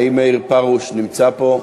האם מאיר פרוש נמצא פה?